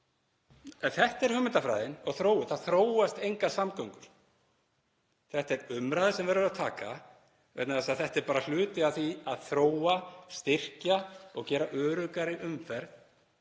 En þetta er hugmyndafræðin og þróunin. Það þróast engar samgöngur. Þetta er umræða sem við verðum að taka vegna þess að þetta er bara hluti af því að þróa, styrkja og gera öruggari umferð,